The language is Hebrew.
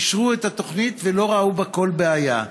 אישרו את התוכנית ולא ראו בה כל בעיה.